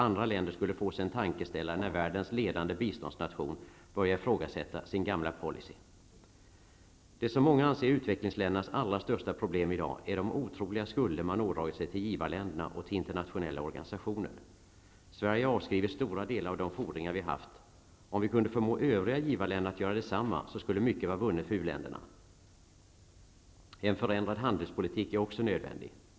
Andra länder skulle få sig en tankeställare när världens ledande biståndsnation börjar ifrågasätta sin gamla policy. Det som många anser är utvecklingsländernas allra största problem i dag är de otroligt stora skulder som man ådragit sig till givarländerna och till internationella organisationer. Sverige har avskrivit stora delar av de fordringar som vi har haft. Om vi kunde förmå övriga givarländer att göra detsamma, skulle mycket vara vunnet för u-länderna. En förändrad handelspolitik är också nödvändig.